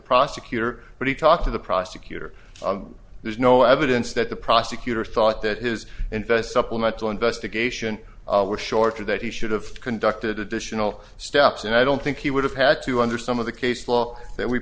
prosecutor but he talked to the prosecutor there's no evidence that the prosecutor thought that his in first supplemental investigation was shorter that he should have conducted additional steps and i don't think he would have had to under some of the case law that we